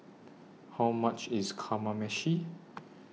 How much IS Kamameshi